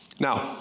Now